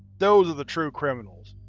those are the true criminals.